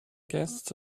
guests